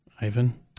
Ivan